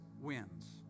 wins